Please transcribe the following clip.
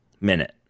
minute